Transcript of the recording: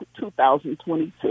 2022